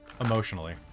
emotionally